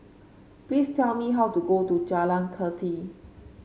please tell me how to go to Jalan Kathi